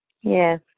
yes